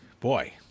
Boy